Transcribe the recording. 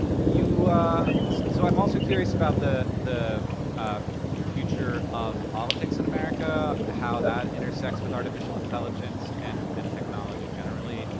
you know so i'm also curious about the the future of politics in america, how that intersects with artificial intelligence and and technology generally.